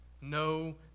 No